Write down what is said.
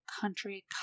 country